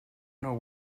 know